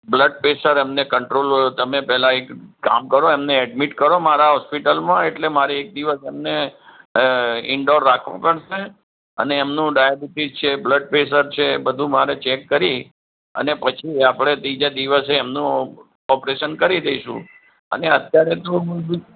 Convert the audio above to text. blood pressure એમને control તમે પહેલાં એક કામ કરો એમને એડમિટ કરો મારા હોસ્પિટલમાં એટલે મારે એક દિવસ એમને અ ઈન્ડોર રાખવા પડશે અને એમનું ડાયબીટીસ છે બ્લડ પ્રેશર છે બધું મારી રીતે ચેક કરી અને પછી આપણે બીજા દિવસે એમનું ઓપરેશન કરી દઇશું અને અત્યારે તો હું